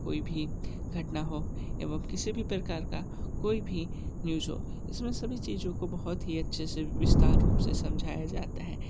कोई भी घटना हो एवं किसी भी प्रकार का कोई भी न्यूज़ हो इसमें सभी चीज़ों को बहुत ही अच्छे से विस्तार रूप से समझाया जाता है